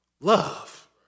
love